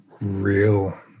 real